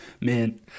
man